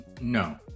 no